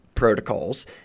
protocols